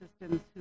systems